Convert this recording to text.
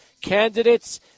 candidates